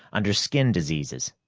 under skin diseases.